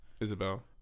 Isabel